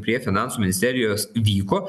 prie finansų ministerijos vyko